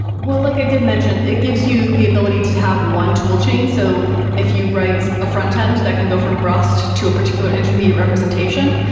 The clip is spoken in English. well, like i did mention, it gives you the ability to have one tool chain so if you write a front end that can go from rust to a particular intermediate representation,